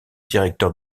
directeur